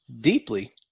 deeply